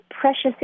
precious